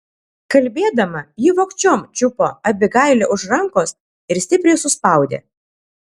kalbėdama ji vogčiom čiupo abigailę už rankos ir stipriai suspaudė